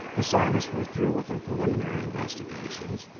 the scientists were through with their preliminary investigations.